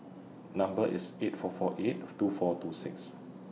Number IS eight four four eight two four two six